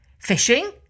Fishing